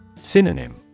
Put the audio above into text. Synonym